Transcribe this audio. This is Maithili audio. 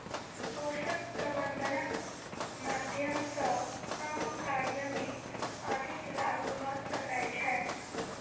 पोषक प्रबंधनक माध्यम सॅ कम कार्य मे अधिक लाभ भ सकै छै